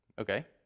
Okay